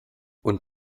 und